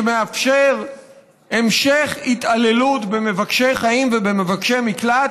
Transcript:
שמאפשר המשך התעללות במבקשי חיים ובמבקשי מקלט,